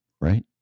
right